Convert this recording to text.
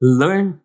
learn